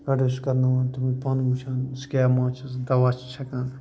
کَٹٲے چھُ کرٕناوان تِمَن پن وُچھان سِکیب ما چھِس دوا چھُس چھَکان